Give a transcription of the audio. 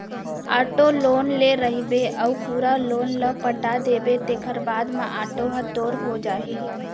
auto loan ले रहिबे अउ पूरा लोन ल पटा देबे तेखर बाद म आटो ह तोर हो जाही